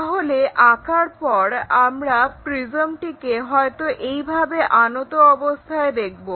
তাহলে আঁকার পর আমরা প্রিজমটিকে হয়তো এইভাবে আনত অবস্থায় দেখবো